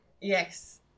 yes